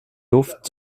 luft